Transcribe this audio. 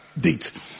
date